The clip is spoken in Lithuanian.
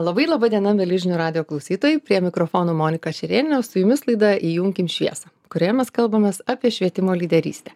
labai laba diena mieli žinių radijo klausytojai prie mikrofono monika šerėnienė o su jumis laida įjunkim šviesą kurioje mes kalbamės apie švietimo lyderystę